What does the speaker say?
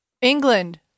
England